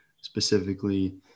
specifically